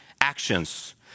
actions